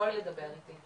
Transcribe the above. תבואי לדבר איתי.